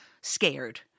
Scared